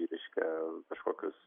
reiškia kažkokius